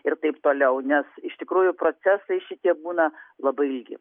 ir taip toliau nes iš tikrųjų procesai šitie būna labai ilgi